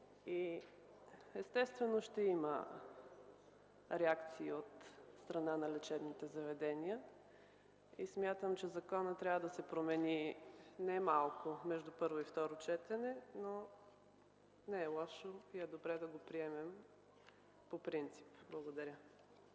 Естествено, ще има реакции от страна на лечебните заведения. Смятам, че законът трябва да се промени немалко между първо и второ четене, но не е лошо и е добре да го приемем по принцип. Благодаря.